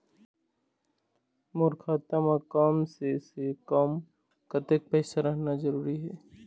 मोर खाता मे कम से से कम कतेक पैसा रहना जरूरी हे?